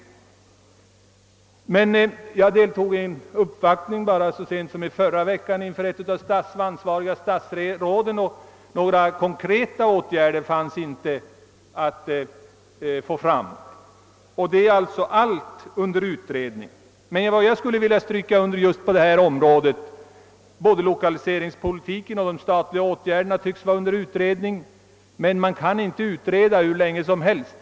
Så sent som i förra veckan deltog jag i en uppvaktning för några av våra statsråd, men något löfte om konkreta åtgärder kom inte fram den gången heller. Allt befinner sig alltså under utredning, såväl lokaliseringspolitiken som de statliga åtgärderna, men man kan inte utreda hur länge som helst.